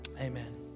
Amen